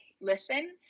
listen